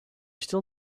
still